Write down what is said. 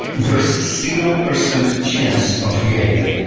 there is zero percent chance of getting it.